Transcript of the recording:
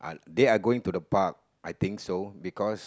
they are going to the park I think so because